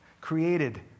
created